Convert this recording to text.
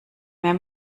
mehr